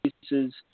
pieces